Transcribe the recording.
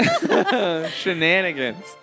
shenanigans